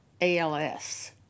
ALS